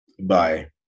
bye